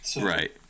Right